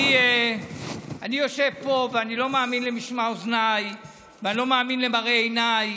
אני יושב פה ואני לא מאמין למשמע אוזניי ואני לא מאמין למראה עיניי,